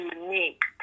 unique